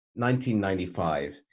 1995